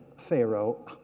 Pharaoh